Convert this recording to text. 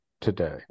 today